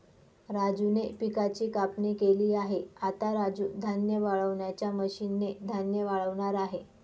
राजूने पिकाची कापणी केली आहे, आता राजू धान्य वाळवणाच्या मशीन ने धान्य वाळवणार आहे